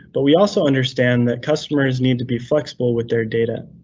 but we also understand that customers need to be flexible with their data.